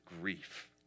grief